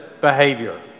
behavior